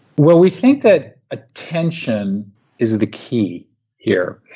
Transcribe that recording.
well, we think that attention is the key here.